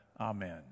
Amen